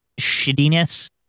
shittiness